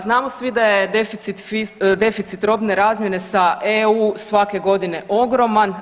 Znamo svi da je deficit robne razmjene sa EU svake godine ogroman.